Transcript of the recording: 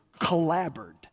Collabored